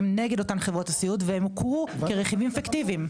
נגד אותן חברות הסיעוד והם הוכרו כרכיבים פיקטיביים.